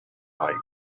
like